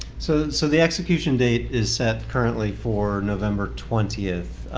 so so the execution date is set currently for november twentieth.